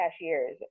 cashiers